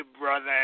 brother